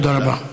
תודה רבה.